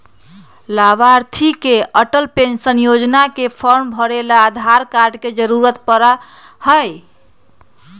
लाभार्थी के अटल पेन्शन योजना के फार्म भरे ला आधार कार्ड के जरूरत पड़ा हई